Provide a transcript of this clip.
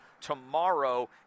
tomorrow